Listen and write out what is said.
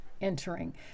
entering